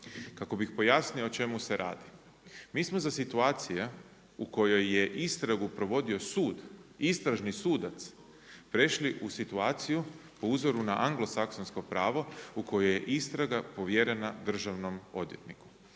Kako bih pojasnio o čemu se radi mi smo za situacije u kojoj je istragu provodio sud, istražni sudac prešli u situaciju po uzoru na anglosaksonsko pravo u kojoj je istraga povjerena državnom odvjetniku.